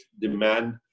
demand